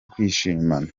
kwishimana